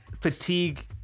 fatigue